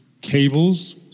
cables